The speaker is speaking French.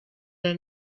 est